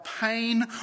pain